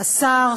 השר,